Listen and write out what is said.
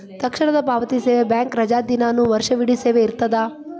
ತಕ್ಷಣದ ಪಾವತಿ ಸೇವೆ ಬ್ಯಾಂಕ್ ರಜಾದಿನಾನು ವರ್ಷವಿಡೇ ಸೇವೆ ಇರ್ತದ